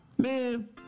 Man